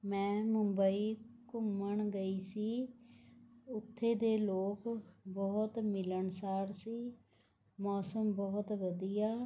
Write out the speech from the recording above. ਮੈਂ ਮੁੰਬਈ ਘੁੰਮਣ ਗਈ ਸੀ ਉੱਥੇ ਦੇ ਲੋਕ ਬਹੁਤ ਮਿਲਣਸਾਰ ਸੀ ਮੌਸਮ ਬਹੁਤ ਵਧੀਆ